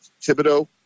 Thibodeau